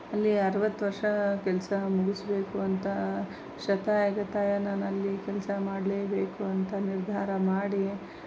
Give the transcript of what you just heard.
ಅಲ್ಲಿ ಅರ್ವತ್ತು ವರ್ಷ ಕೆಲಸ ಮುಗಿಸಬೇಕು ಅಂತ ಶತಾಯ ಗತಾಯ ನಾನು ಅಲ್ಲಿ ಕೆಲಸ ಮಾಡಲೇಬೇಕು ಅಂತ ನಿರ್ಧಾರ ಮಾಡಿ